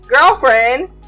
girlfriend